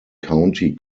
county